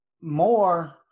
more